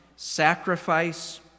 sacrifice